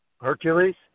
Hercules